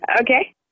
Okay